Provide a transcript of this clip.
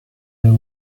you